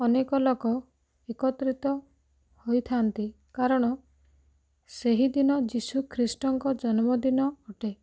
ଅନେକ ଲୋକ ଏକତ୍ରିତ ହୋଇଥାନ୍ତି କାରଣ ସେହିଦିନ ଯୀଶୁଖ୍ରୀଷ୍ଟଙ୍କ ଜନ୍ମଦିନ ଅଟେ